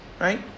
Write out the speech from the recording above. right